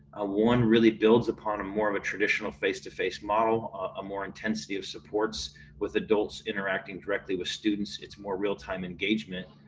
ah one really builds upon a more of a traditional face to face model. a more intensity of supports with adults interacting directly with students. it's more real time engagement,